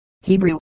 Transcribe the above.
Hebrew